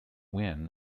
win